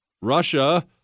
Russia